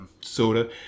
soda